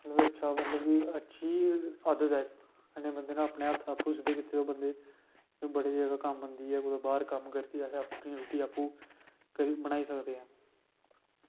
बहुत अच्छा मतलब कि इक्क अच्छी आदत ऐ ते कन्नै बंदे नै अपने हत्थ आपूं सिद्धे कीते दे होंदे एह् बड़ी जगह कम्म आंदी ऐ कुदै बाहर कम्म करगे अस आपूं उत्थें तुस आपूं रुट्टी बनाई सकदे ओ